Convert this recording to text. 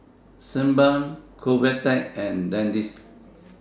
Sebamed Convatec and Dentiste